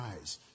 eyes